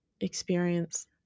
experience